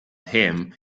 him